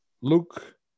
Luke